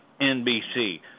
NBC